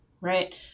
Right